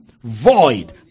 void